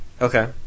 Okay